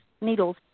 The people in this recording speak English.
needles